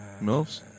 Mills